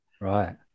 Right